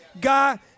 God